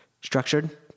structured